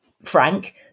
frank